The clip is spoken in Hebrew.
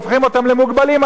והופכים אותם למוגבלים,